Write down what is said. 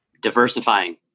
diversifying